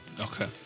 Okay